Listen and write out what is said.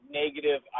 negative